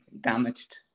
damaged